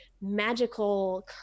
magical